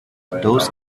those